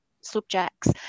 subjects